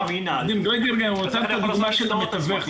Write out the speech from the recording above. אם --- גריידינגר נתן דוגמה של מתווך,